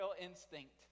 instinct